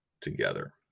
together